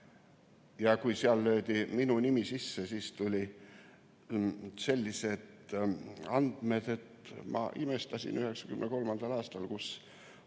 Kui seal löödi minu nimi sisse, siis tulid sellised andmed, et ma imestasin, kuidas